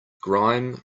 grime